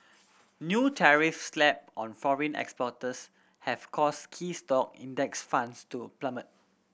new tariffs slapped on foreign exporters have caused key stock Index Funds to plummet